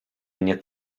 nie